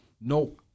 no